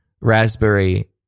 raspberry